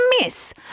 Miss